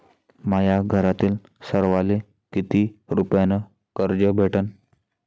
माह्या घरातील सर्वाले किती रुप्यान कर्ज भेटन?